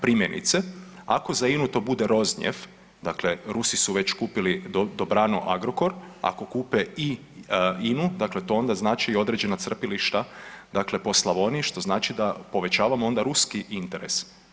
Primjerice, ako za INA-u to bude Rosnef, dakle Rusi su već kupili dobrano Agrokor i ako kupe i INA-u, dakle to onda znači i određena crpilišta po Slavoniji što znači da povećamo onda Ruski interes.